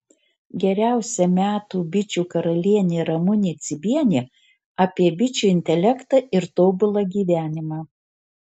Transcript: geriausia metų bičių karalienė ramunė cibienė apie bičių intelektą ir tobulą gyvenimą